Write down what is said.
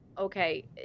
okay